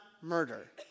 murder